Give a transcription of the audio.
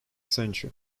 centre